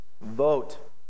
vote